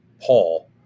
Paul